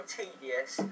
tedious